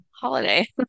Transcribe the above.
holiday